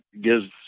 gives